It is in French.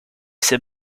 ces